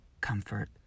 comfort